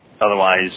Otherwise